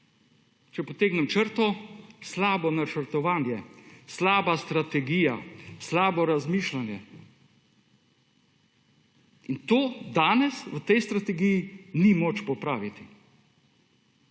Če potegnem črto. Slabo načrtovanje, slaba strategija, slabo razmišljanje in to danes v tej strategiji ni moč popraviti,